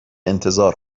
انتظار